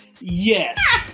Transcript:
Yes